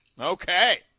Okay